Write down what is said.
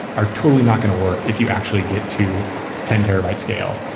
are totally not going to work if you actually get to ten terabytes scale.